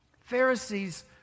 Pharisees